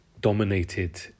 dominated